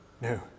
No